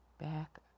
Back